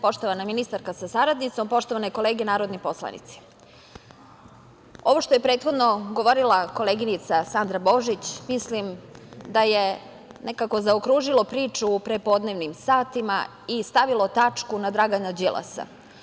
Poštovana ministarko sa saradnicom, poštovane kolege narodni poslanici, ovo što je prethodno govorila koleginica Sandra Božić, mislim da je nekako zaokružilo priču u prepodnevnim satima i stavilo tačku na Dragana Đilasa.